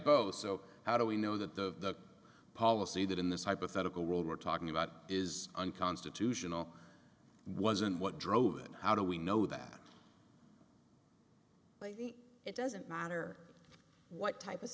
both so how do we know that the policy that in this hypothetical world we're talking about is unconstitutional and wasn't what drove it how do we know that but it doesn't matter what type of